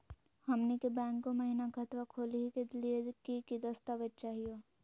हमनी के बैंको महिना खतवा खोलही के लिए कि कि दस्तावेज चाहीयो?